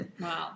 Wow